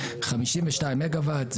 52 מגה וואט,